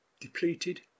depleted